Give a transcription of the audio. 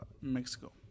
Mexico